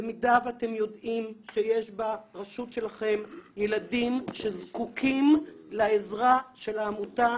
במידה ואתם יודעים שיש ברשות שלכם ילדים שזקוקים לעזרה של העמותה,